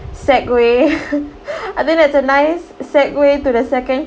segue I think that's a nice segue to the second